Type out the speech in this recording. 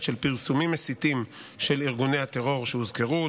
של פרסומים מסיתים של ארגוני הטרור שהוזכרו,